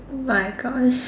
my Gosh